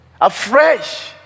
afresh